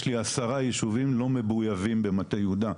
יש לי עשרה ישובים לא מבוייבים במטה יהודה,